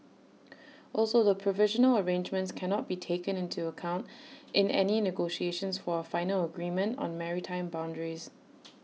also the provisional arrangements cannot be taken into account in any negotiations for A final agreement on maritime boundaries